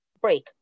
break